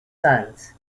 sons